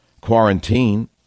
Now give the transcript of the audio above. quarantine